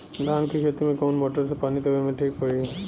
धान के खेती मे कवन मोटर से पानी देवे मे ठीक पड़ी?